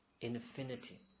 infinity